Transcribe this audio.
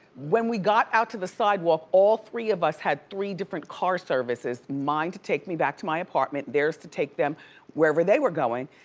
when we got out to the sidewalk, all three of us had three different car services, mine to take me back to my apartment, theirs to take them wherever they were going.